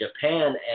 Japan